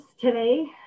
today